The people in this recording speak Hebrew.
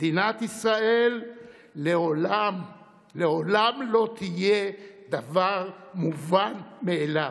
מדינת ישראל לעולם לעולם לא תהיה דבר מובן מאליו.